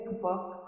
book